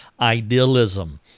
idealism